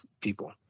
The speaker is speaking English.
people